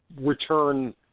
return